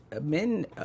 men